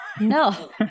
No